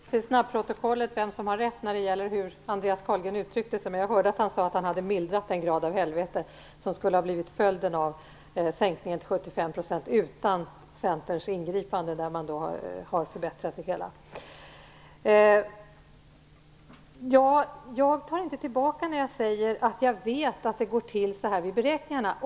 Herr talman! Snabbprotokollet får visa vem som har rätt när det gäller hur Andreas Carlgren uttryckte sig, men jag hörde att han sade att han, genom Centerns ingripande, hade mildrat den grad av helvete som skulle ha blivit följden av sänkningen till 75 %. Jag tar inte tillbaka det jag sade om att jag vet att det går till så här vid beräkningarna.